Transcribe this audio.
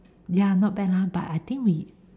ya not bad ah but I think we